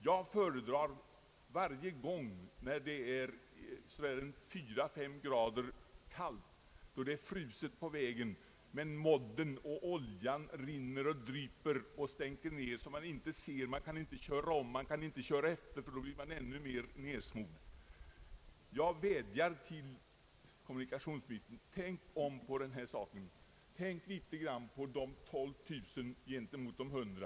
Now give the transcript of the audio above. Jag föredrar den senare sämre vägen när det är fyra, fem grader kallt och fruset på vägen, ty modden och oljan rinner, dryper och stänker ned bilen på motorvägen så att man inte ser något, inte kan köra om och inte kan ligga bakom ett annat fordon, ty då blir bilen ännu mer nedsmutsad. Jag vädjar till kommunikationsministern att tänka om i denna fråga och ha i åtanke de 12 000 jämfört med de 100.